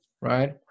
right